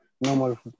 normal